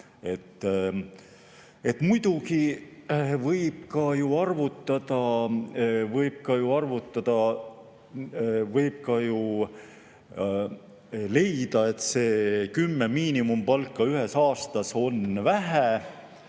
Muidugi võib ka ju arvutada. Võib arvutada ja leida, et see kümme miinimumpalka ühes aastas on vähe.